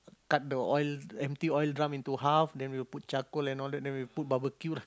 cut the oil empty oil drum into half then we'll put charcoal and all that then we put barbecue lah